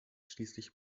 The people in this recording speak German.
schließlich